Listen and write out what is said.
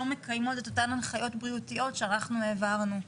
מקיימות את אותן הנחיות בריאותיות שאנחנו העברנו.